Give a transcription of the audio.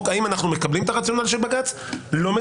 האם אנחנו מקבלים את הרציונל של בג"ץ או לא,